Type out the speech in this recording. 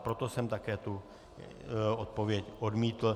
Proto jsem také tu odpověď odmítl.